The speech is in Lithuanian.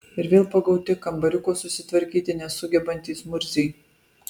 ir vėl pagauti kambariuko susitvarkyti nesugebantys murziai